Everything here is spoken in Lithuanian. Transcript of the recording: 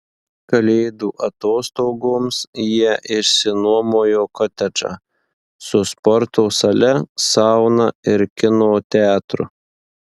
kalėdų atostogoms jie išsinuomojo kotedžą su sporto sale sauna ir kino teatru